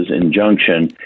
injunction